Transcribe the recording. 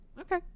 okay